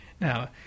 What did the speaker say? Now